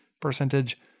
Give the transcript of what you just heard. percentage